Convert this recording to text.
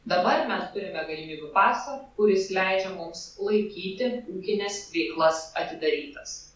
dabar mes turime galimybių pasą kuris leidžia mums laikyti ūkines veiklas atidarytas